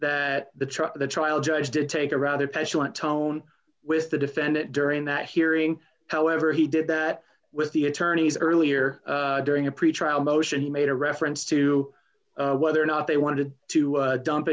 that the truck the trial judge did take a rather petulant tone with the defendant during that hearing however he did that with the attorneys earlier during a pretrial motion he made a reference to whether or not they wanted to dump